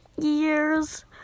years